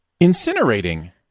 incinerating